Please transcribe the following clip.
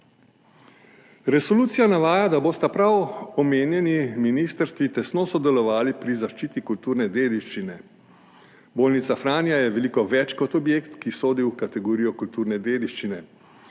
Resolucija navaja, da bosta prav omenjeni ministrstvi tesno sodelovali pri zaščiti kulturne dediščine. Bolnica Franja je veliko več kot objekt, ki sodi v kategorijo kulturne dediščine.